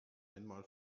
einmal